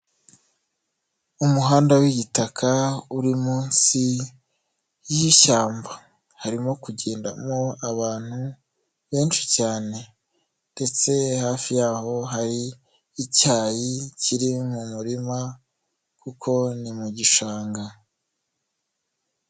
Umuhanda w'igitaka uri munsi yishyamba, harimo kugendamo abantu benshi cyane ndetse hafi yaho hari icyayi kiri mu murima, kuko ni mu gishanga.